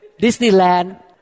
Disneyland